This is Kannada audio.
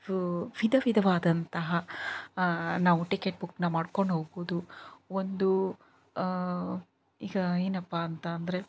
ವಿಧ ವಿಧವಾದಂತಹ ನಾವು ಟಿಕೆಟ್ ಬುಕ್ನ ಮಾಡ್ಕೊಂಡು ಹೋಗ್ಬೋದು ಒಂದು ಈಗ ಏನಪ್ಪ ಅಂತ ಅಂದರೆ